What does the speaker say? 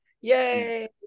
yay